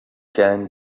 can